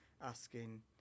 asking